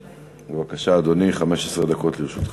בבקשה, אדוני, 15 דקות לרשותך.